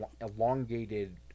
elongated